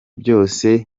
byose